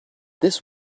this